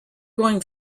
going